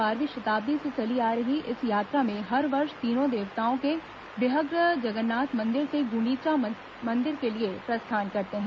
बारहवीं शताब्दी से चली आ रही इस यात्रा में हर वर्ष तीनों देवताओं के विग्रह जगन्नाथ मन्दिर से गुंडिचा मन्दिर के लिए प्रस्थान करते हैं